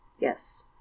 Yes